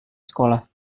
sekolah